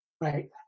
Right